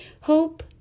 Hope